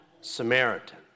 Samaritan